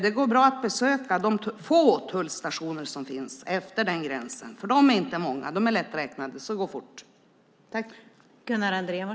Det går bra att besöka de få tullstationer som finns utefter den gränsen. De är lätt räknade så det går fort.